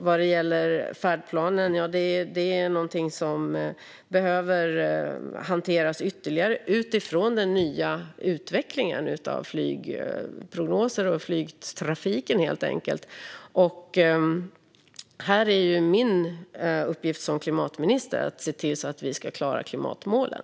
Vad gäller färdplanen är det någonting som behöver hanteras ytterligare utifrån den nya utvecklingen av flygprognoser och flygtrafiken. Här är min uppgift som klimatminister att se till att vi klarar klimatmålen.